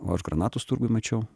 o aš granatus turguj mačiau